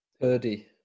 Purdy